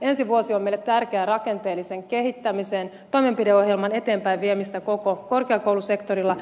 ensi vuosi on meille tärkeä rakenteellisen kehittämisen toimenpideohjelman eteenpäin viemistä koko korkeakoulusektorilla